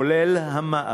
כולל מע"מ,